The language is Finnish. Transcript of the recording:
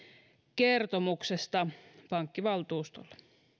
kertomuksesta pankkivaltuustolle